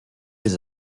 les